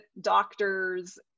doctors